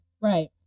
right